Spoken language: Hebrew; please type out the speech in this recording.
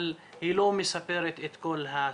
אבל היא לא מספרת את כל הסיפור.